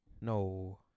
No